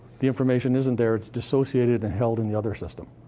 the information isn't there, it's dissociated held in the other system.